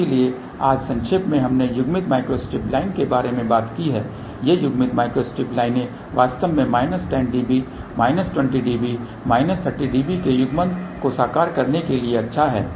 इसलिए आज संक्षेप में हमने युग्मित माइक्रोस्ट्रिप लाइन के बारे में बात की है ये युग्मित माइक्रोस्ट्रिप लाइनें वास्तव में माइनस 10 dB या माइनस 20 dB या माइनस 30 dB के युग्मन को साकार करने के लिए अच्छा हैं